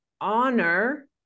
honor